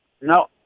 No